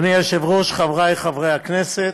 אדוני היושב-ראש, חבריי חברי הכנסת,